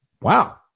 Wow